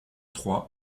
trois